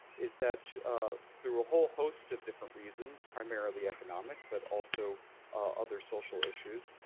is that through a whole host of different reasons, primarily economic, but also other social issues,